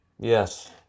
Yes